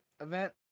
event